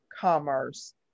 commerce